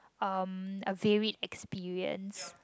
um a varied experience